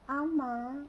அம்மா:amma